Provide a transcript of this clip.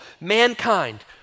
Mankind